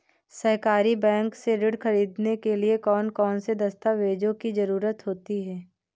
सहकारी बैंक से ऋण ख़रीदने के लिए कौन कौन से दस्तावेजों की ज़रुरत होती है?